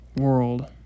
world